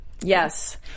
Yes